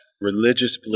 Religious